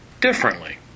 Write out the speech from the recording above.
differently